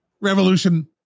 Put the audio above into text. revolution